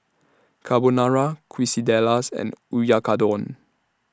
Carbonara Quesadillas and Oyakodon